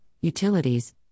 Utilities